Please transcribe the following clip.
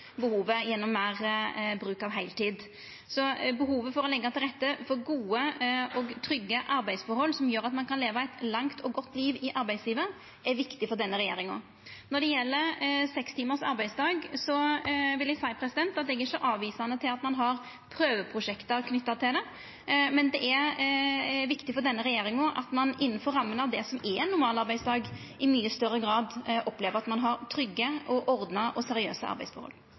behovet gjennom meir bruk av heiltid. Så behovet for å leggja til rette for gode og trygge arbeidsforhold som gjer at ein kan leva eit langt og godt liv i arbeidslivet, er viktig for denne regjeringa. Når det gjeld seks timars arbeidsdag, vil eg seia at eg ikkje er avvisande til at ein har prøveprosjekt knytte til det, men det er viktig for denne regjeringa at ein innanfor ramma av det som er ein normalarbeidsdag, i mykje større grad opplever at ein har trygge, ordna og seriøse arbeidsforhold.